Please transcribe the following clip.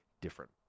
different